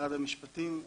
משרד המשפטים.